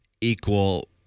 equal